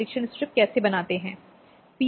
तो इस स्थिति में क्या होता है